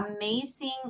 amazing